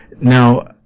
now